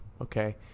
Okay